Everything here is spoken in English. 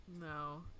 No